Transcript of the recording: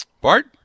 Bart